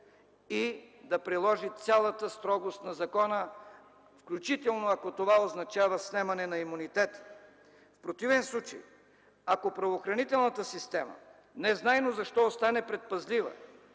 и да приложи цялата строгост на закона, включително ако това означава снемане на имунитет. В противен случай, ако правоохранителната система незнайно защо остане предпазлива,